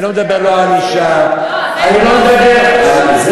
אני לא מדבר על אישה, אני לא מדבר, לא.